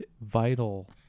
vital